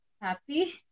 happy